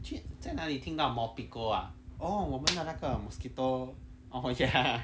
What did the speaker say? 就在那里听到 mopiko ah orh 我们的那个 mosquito oh ya